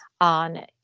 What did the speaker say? on